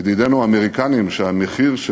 לידידינו האמריקנים שהמחיר,